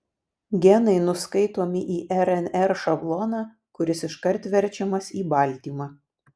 genai nuskaitomi į rnr šabloną kuris iškart verčiamas į baltymą